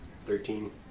thirteen